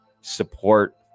support